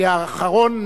כי האחרון,